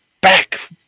back